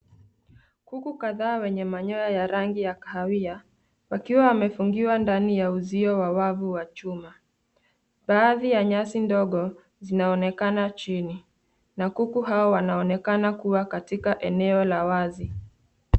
Kuku kadhaa wenye manyoya ya rangi ya kahawia wakiwa wamefungiwa ndanu ya uzio wa wavu wa chuma. Baadhi ya nyasi ndogo zinaonekana chini na kuku hao wanaonekana kuwa katika eneo la wazi.